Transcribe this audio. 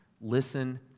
listen